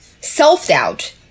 self-doubt